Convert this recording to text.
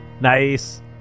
Nice